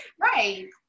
Right